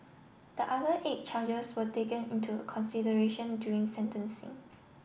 the other eight charges were taken into consideration during sentencing